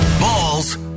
Balls